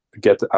get